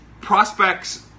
prospects